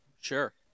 sure